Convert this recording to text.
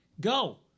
Go